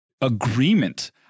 agreement